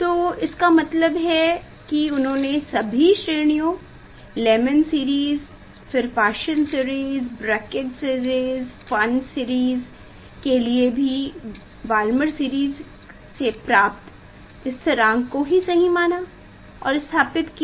तो इसका मतलब है कि उन्होने सभी श्रेणियों लेमैन सीरीज़ फिर Paschen series Brackett series Pfund series के लिए भी बालमर सिरीज़ के लिए प्राप्त स्थिरांक को ही सही माना और स्थापित किया